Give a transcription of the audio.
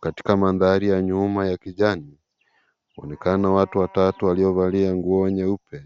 Katika mandhari ya nyuma ya kijani kunaonekana watu watatu waliovalia nguo nyeupe